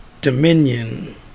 Dominion